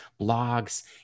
blogs